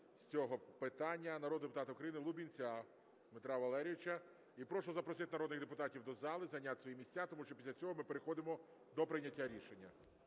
з цього питання народного депутата України Лубінця Дмитра Валерійовича. І прошу запросити народних депутатів до зали, зайняти свої місця, тому що після цього ми переходимо до прийняття рішення.